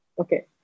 Okay